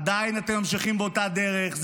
עדיין אתם ממשיכים באותה דרך?